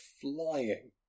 flying